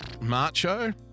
macho